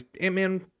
Ant-Man